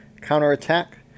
counterattack